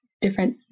different